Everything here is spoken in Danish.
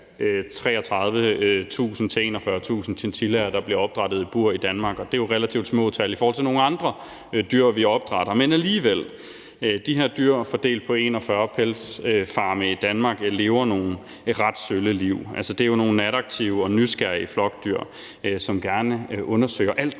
33.000 og 41.000 chinchillaer, der bliver opdrættet i bur i Danmark. Det er jo relativt små tal i forhold til nogle andre dyr, vi opdrætter. Men alligevel lever de her dyr fordelt på 41 pelsdyrfarme i Danmark et ret sølle liv. Altså, det er jo nogle nataktive og nysgerrige flokdyr, som gerne undersøger alt